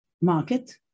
market